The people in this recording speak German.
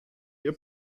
ihr